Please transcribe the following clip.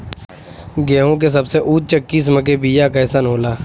गेहूँ के सबसे उच्च किस्म के बीया कैसन होला?